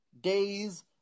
days